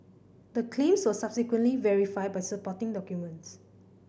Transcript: the claims were subsequently verified by supporting documents